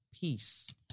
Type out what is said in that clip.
Peace